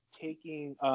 taking –